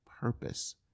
purpose